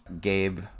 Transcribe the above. gabe